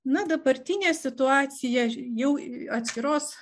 na dabartinė situacija jau atskiros